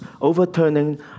overturning